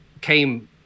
came